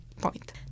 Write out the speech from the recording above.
point